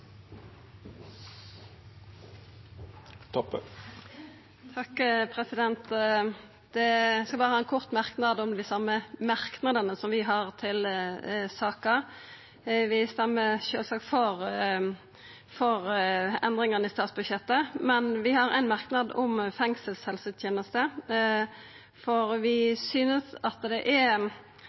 Eg vil berre kort kommentera dei merknadene som vi har til saka. Vi stemmer sjølvsagt for endringane i statsbudsjettet. Men vi har ein merknad om fengselshelsetenesta, for vi synest at det på ein måte er